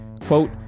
Quote